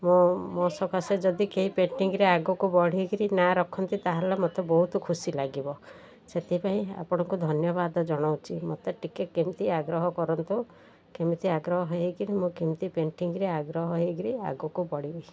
ମୋ ମୋ ସକାଶେ ଯଦି କେହି ପେଣ୍ଟିଙ୍ଗରେ ଆଗକୁ ବଢ଼େଇ କିରି ନାଁ ରଖନ୍ତି ତା'ହେଲେ ମୋତେ ବହୁତ ଖୁସି ଲାଗିବ ସେଥିପାଇଁ ଆପଣଙ୍କୁ ଧନ୍ୟବାଦ ଜଣାଉଛି ମୋତେ ଟିକେ କେମିତି ଆଗ୍ରହ କରନ୍ତୁ କେମିତି ଆଗ୍ରହ ହେଇ କରି ମୁଁ କେମିତି ପେଣ୍ଟିଙ୍ଗରେ ଆଗ୍ରହ ହେଇ କରି ଆଗକୁ ବଢ଼ିବି